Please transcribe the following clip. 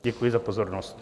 Děkuji za pozornost.